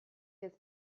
his